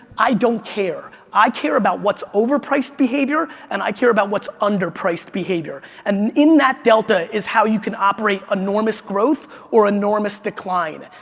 i don't care. i care about what's overpriced behavior and i care about what's underpriced behavior. and in that delta is how you can operate enormous growth or enormous decline.